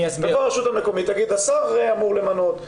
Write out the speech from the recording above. תבוא הרשות המקומית, תגיד, בסוף זה אמור למנות.